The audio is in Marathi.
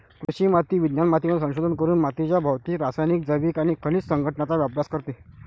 कृषी माती विज्ञान मातीमध्ये संशोधन करून मातीच्या भौतिक, रासायनिक, जैविक आणि खनिज संघटनाचा अभ्यास करते